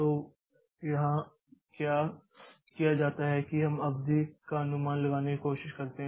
तो यहाँ क्या किया जाता है कि हम अवधि का अनुमान लगाने की कोशिश करते हैं